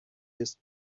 his